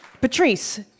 Patrice